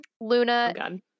Luna